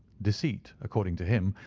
deceit, according to him,